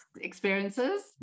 experiences